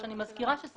אני אתייחס לתקופה